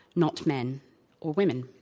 not men or women.